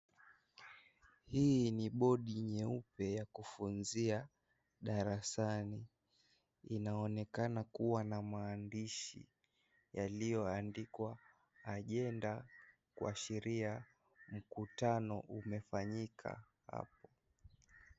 Hii ni bodi nyeupe ya kufunzia darasani. Inaonekana kuwa na maandishi yaliyoandikwa ajenda kuashiria mkutano umefanyika hapo.